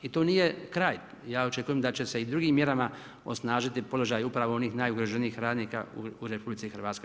I tu nije kraj, ja očekujem da će se i drugim mjerama osnažiti položaj upravo onih najugroženijih radnika u RH.